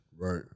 Right